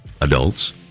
adults